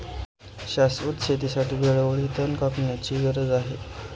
शाश्वत शेतीसाठी वेळोवेळी तण कापण्याची गरज आहे